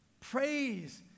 Praise